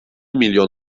milyon